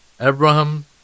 Abraham